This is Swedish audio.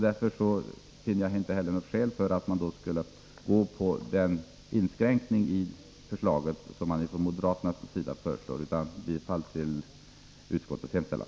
Därför finner jag inte heller något skäl för att man skall stanna för den inskränkning i förslaget som man föreslår från moderaternas sida, utan jag yrkar bifall till utskottets hemställan.